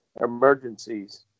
emergencies